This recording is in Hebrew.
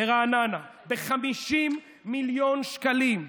ברעננה ב-50 מיליון שקלים,